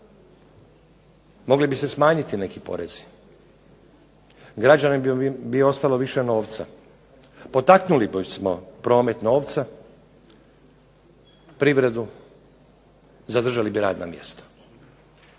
Mogli bi se smanjiti neki porezi, građanima bi ostalo više novca. Potaknuli bismo promet novca, privredu, zadržali bi radna mjesta.